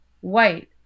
white